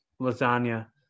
lasagna